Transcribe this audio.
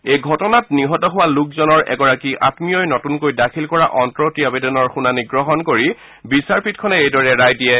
এই ঘটনাত নিহত হোৱা লোকজনৰ এগৰাকী আমীয়ই নতুনকৈ দাখিল কৰা অন্তৱৰ্তী আবেদনৰ শুনানি গ্ৰহণ কৰি বিচাৰপীঠখনে এইদৰে ৰায় দিয়ে